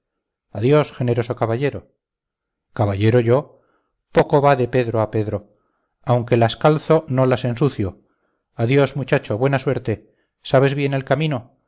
adiós adiós generoso caballero caballero yo poco va de pedro a pedro aunque las calzo no las ensucio adiós muchacho buena suerte sabes bien el camino